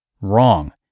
Wrong